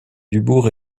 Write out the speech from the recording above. dubourg